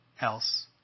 else